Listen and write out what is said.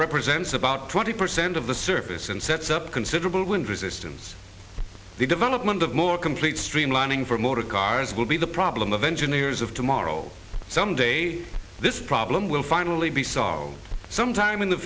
represents about twenty percent of the surface and sets up considerable wind resistance the development of more complete streamlining for motor cars will be the problem of engineers of tomorrow someday this problem will finally be solved sometime in the